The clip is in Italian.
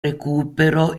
recupero